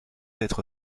être